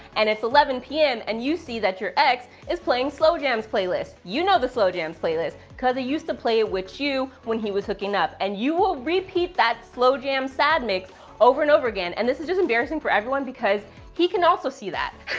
and it's eleven zero pm, and you see that your ex is playing slow jams playlist. you know the slow jams playlist, because he used to play it with you when he was hooking up. and you will repeat that slow jam sad mix over and over again, and this is just embarrassing for everyone because he can also see that.